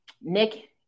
Nick